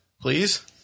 please